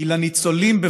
היא לניצולים,